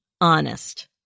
honest